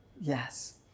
yes